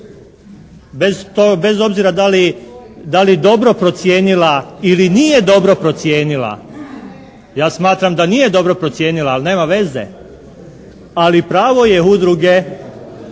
bez obzira da li dobro procijenila ili nije dobro procijenila, ja smatram da nije dobro procijenila ali nema veze, ali pravo je udruge